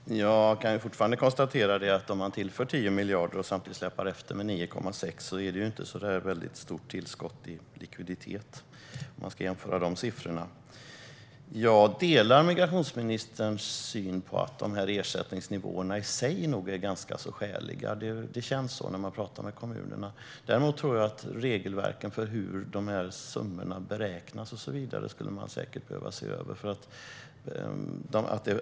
Herr talman! Jag kan fortfarande konstatera att om man tillför 10 miljarder och samtidigt släpar efter med 9,6 miljarder innebär det inte ett särskilt stort tillskott i likviditet, om man ska jämföra de siffrorna. Jag delar migrationsministerns syn på att dessa ersättningsnivåer i sig nog är ganska skäliga. Det känns så när man talar med kommunerna. Däremot tror jag att man skulle behöva se över regelverken för exempelvis hur dessa summor beräknas.